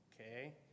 okay